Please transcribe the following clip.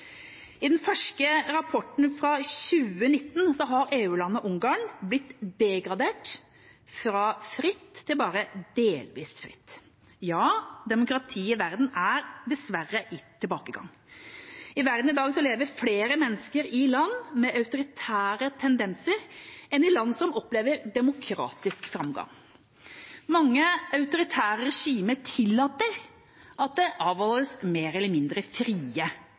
I den ferske rapporten fra 2019 har EU-landet Ungarn blitt degradert fra «fritt» til bare «delvis fritt». Ja, demokratiet i verden er dessverre i tilbakegang. I verden i dag lever det flere mennesker i land med autoritære tendenser enn i land som opplever demokratisk framgang. Mange autoritære regimer tillater at det avholdes mer eller mindre frie